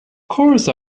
course